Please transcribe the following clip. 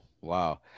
wow